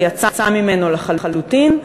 שיצא ממנו לחלוטין.